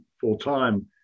full-time